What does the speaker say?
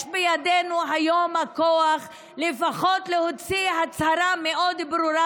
יש בידינו היום הכוח לפחות להוציא הצהרה מאוד ברורה